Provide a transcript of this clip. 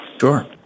sure